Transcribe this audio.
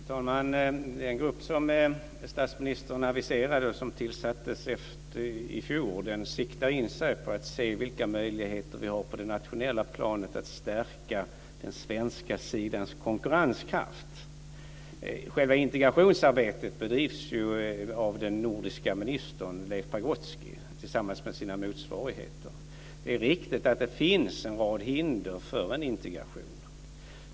Fru talman! Den grupp som statsministern aviserade och som tillsattes i fjol siktar in sig på att se vilka möjligheter som vi har på det nationella planet att stärka den svenska sidans konkurrenskraft. Själva integrationsarbetet bedrivs ju av den nordiske ministern Leif Pagrotsky tillsammans med hans motsvarigheter. Det är riktigt att det finns en rad hinder för en integration.